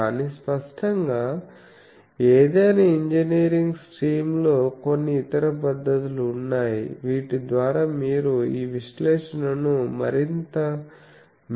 కానీ స్పష్టంగా ఏదైనా ఇంజనీరింగ్ స్ట్రీమ్లో కొన్ని ఇతర పద్ధతులు ఉన్నాయి వీటి ద్వారా మీరు ఈ విశ్లేషణను మరింత మెరుగైన రీతిలో చేయవచ్చు